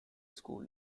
school